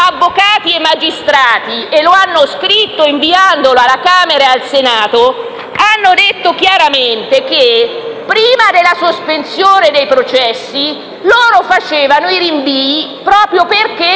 avvocati e magistrati hanno scritto alla Camera e al Senato per dire chiaramente che, prima della sospensione dei processi, facevano i rinvii proprio perché